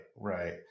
Right